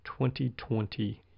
2020